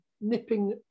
nipping